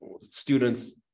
students